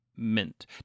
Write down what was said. Mint